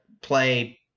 play